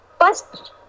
first